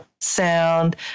sound